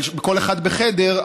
כל אחד בחדר,